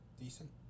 Decent